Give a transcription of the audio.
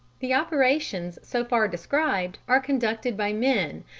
the operations so far described are conducted by men,